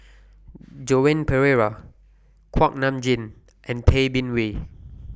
Joan Pereira Kuak Nam Jin and Tay Bin Wee